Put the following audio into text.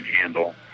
handle